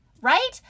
Right